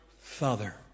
father